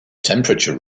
temperature